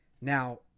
Now